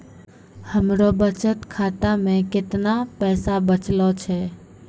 हमरो बचत खाता मे कैतना पैसा बचलो छै?